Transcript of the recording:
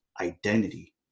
identity